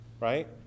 right